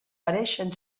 pareixen